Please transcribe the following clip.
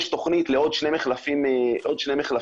יש תכנית לעוד שני מחלפים בחדרה,